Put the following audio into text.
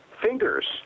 fingers